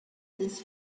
des